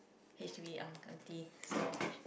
h_d_b uncle aunty so H